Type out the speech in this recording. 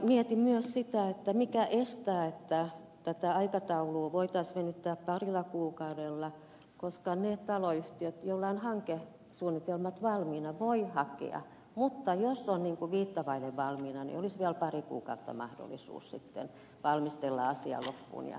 mietin myös sitä mikä estää että tätä aikataulua voitaisiin venyttää parilla kuukaudella koska ne taloyhtiöt joilla on hankesuunnitelmat valmiina voivat hakea mutta jos on viittä vaille valmiina niin olisi vielä pari kuukautta mahdollisuus valmistella asiaa loppuun ja hakea sitten myöhemmin